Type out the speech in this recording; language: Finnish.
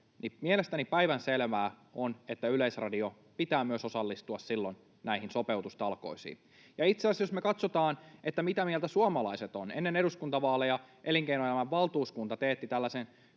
mielestäni päivänselvää on, että Yleisradion pitää myös osallistua silloin näihin sopeutustalkoisiin. Itse asiassa, jos me katsotaan, mitä mieltä suomalaiset ovat, ennen eduskuntavaaleja Elinkeinoelämän valtuuskunta teetti tällaisen